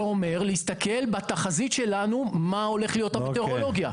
זה אומר להסתכל בתחזית שלנו מה הולכת להיות המטאורולוגיה.